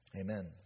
amen